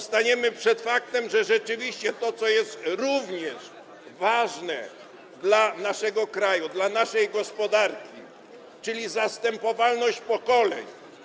Staniemy przed faktem, że rzeczywiście to, co jest również ważne dla naszego kraju, dla naszej gospodarki, czyli zastępowalność pokoleń.